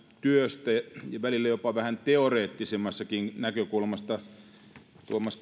työstä ja välillä jopa vähän teoreettisemmastakin näkökulmasta edustaja tuomas